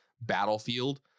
battlefield